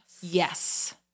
Yes